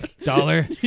dollar